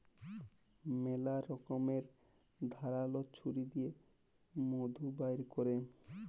ম্যালা রকমের ধারাল ছুরি দিঁয়ে মধু বাইর ক্যরে